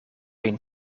een